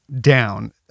down